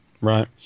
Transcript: Right